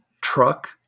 truck